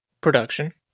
production